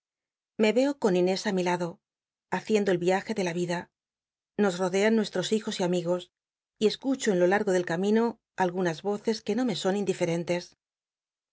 me veo con inés á mi lado ht eiendo el iaje de la vida nos rodean nuestros hijos y am igos y escucho en lo largo del camino algunas voces que no me son indiferentes